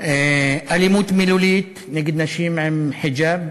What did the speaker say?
אלימות מילולית נגד נשים עם חיג'אב,